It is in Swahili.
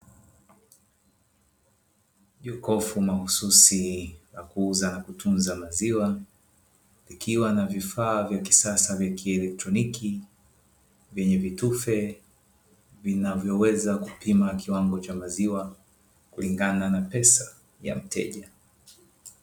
Jokofu mahususi la kuuza na kutunza maziwa likiwa na vifaa vya kisasa vya kielektroniki, venye vitufe vinavyoweza kupima Kiwango cha maziwa kulingana na pesa ya mteja.